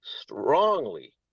strongly